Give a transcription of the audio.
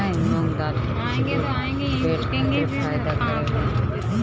मूंग दाल के खिचड़ी पेट खातिर फायदा करेला